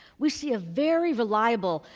we see a very reliable,